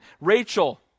Rachel